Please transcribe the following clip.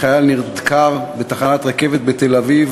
חייל נדקר בתחנת רכבת בתל-אביב,